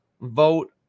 vote